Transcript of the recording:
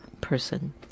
person